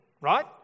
right